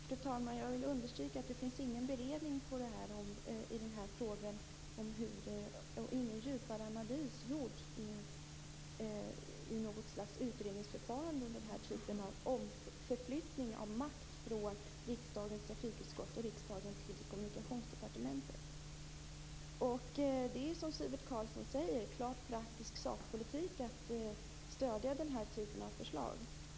Fru talman! Jag vill understryka att det inte finns någon beredning i frågan och ingen djupare analys i någon form av uredningsförfarande för den typen av omförflyttning av makt från riksdagens trafikutskott till Kommunikationsdepartementet. Precis som Sivert Carlsson säger är det praktisk sakpolitik att stödja den typen av förslag.